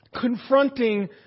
confronting